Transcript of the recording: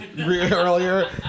earlier